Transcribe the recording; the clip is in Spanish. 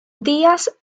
días